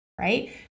Right